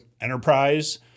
enterprise